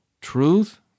Truth